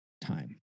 time